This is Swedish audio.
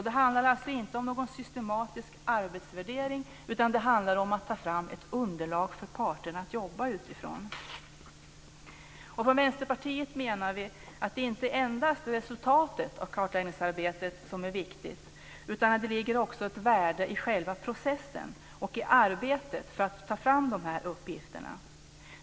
Det handlar alltså inte om någon systematisk arbetsvärdering, utan det handlar om att ta fram ett underlag för parterna att jobba utifrån. Vi i Vänsterpartiet menar att det inte endast är resultatet av kartläggningsarbetet som är viktigt, utan det ligger också ett värde i själva processen och i arbetet med att ta fram uppgifterna.